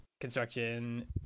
construction